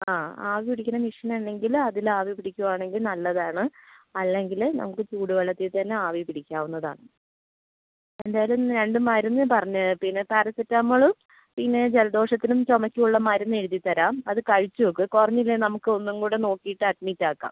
ആ ആവി പിടിക്കുന്ന മെഷീൻ ഉണ്ടെങ്കിൽ അതിൽ ആവി പിടിക്കുവാണെങ്കിൽ നല്ലതാണ് അല്ലെങ്കിൽ നമുക്ക് ചൂട് വെള്ളത്തിൽ തന്നെ ആവി പിടിക്കാവുന്നതാണ് എന്തായാലും രണ്ട് മരുന്ന് പറഞ്ഞ് പിന്നെ പാരസൈറ്റാമോളും പിന്നെ ജലദോഷത്തിനും ചുമയ്ക്കും ഉള്ള മരുന്ന് എഴുതി തരാം അത് കഴിച്ച് നോക്ക് കുറഞ്ഞില്ലെങ്കിൽ നമുക്ക് ഒന്നും കൂടെ നോക്കിയിട്ട് അഡ്മിറ്റ് ആക്കാം